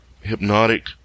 hypnotic